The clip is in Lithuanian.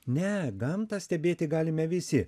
ne gamtą stebėti galime visi